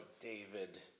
David